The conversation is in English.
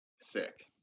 Sick